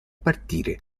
partire